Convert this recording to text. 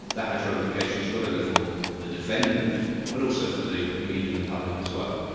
that has ramifications, not only for the defendant but also for the need in the public as well.